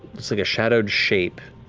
like a shadowed shape,